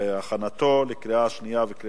לוועדת העבודה, הרווחה והבריאות נתקבלה.